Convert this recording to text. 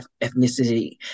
ethnicity